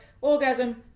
orgasm